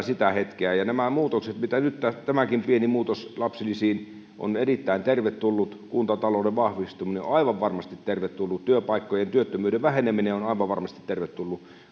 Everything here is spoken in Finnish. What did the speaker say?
sitä hetkeä ja nyt tämäkin pieni muutos lapsilisiin on erittäin tervetullut kuntatalouden vahvistuminen on on aivan varmasti tervetullut työpaikkojen ja työttömyyden väheneminen on aivan varmasti tervetullut